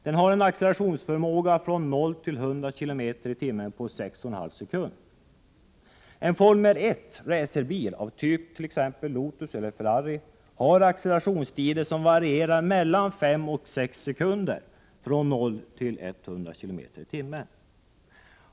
Den accelererar från 0 till 100 km tim.